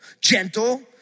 gentle